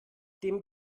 dem